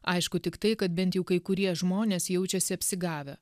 aišku tik tai kad bent jau kai kurie žmonės jaučiasi apsigavę